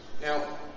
Now